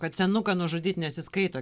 kad senuką nužudyt nesiskaito